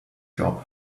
job